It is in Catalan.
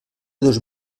dos